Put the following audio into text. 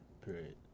Period